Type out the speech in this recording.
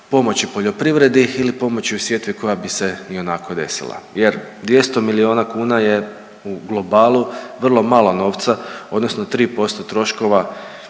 pomoć u poljoprivredi ili pomoć u sjetvi koja bi se ionako desila jer 200 milijuna kuna je u globalu vrlo malo novca odnosno 3% troškova,